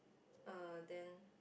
err then